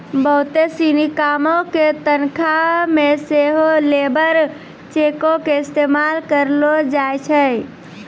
बहुते सिनी कामो के तनखा मे सेहो लेबर चेको के इस्तेमाल करलो जाय छै